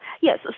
yes